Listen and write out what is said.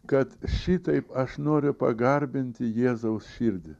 kad šitaip aš noriu pagarbinti jėzaus širdį